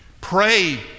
Pray